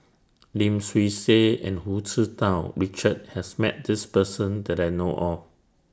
Lim Swee Say and Hu Tsu Tau Richard has Met This Person that I know of